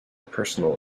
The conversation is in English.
personal